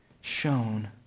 shown